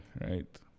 right